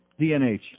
DNH